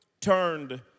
turned